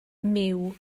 myw